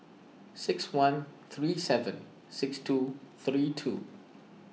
six one three seven six two three two